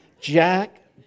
Jack